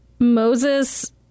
Moses